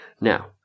Now